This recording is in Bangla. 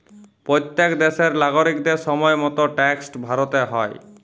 প্যত্তেক দ্যাশের লাগরিকদের সময় মত ট্যাক্সট ভ্যরতে হ্যয়